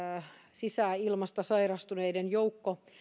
sisäilmasta sairastuneiden joukko